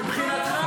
ושום כיסא,